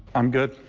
i'm good,